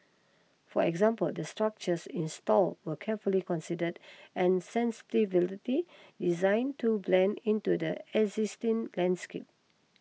for example the structures installed were carefully considered and designed to blend into the existing landscape